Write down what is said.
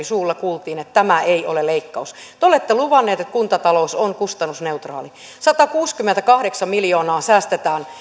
suulla kuultiin että tämä ei ole leikkaus te olette luvannut että kuntatalous on kustannusneutraali satakuusikymmentäkahdeksan miljoonaa säästetään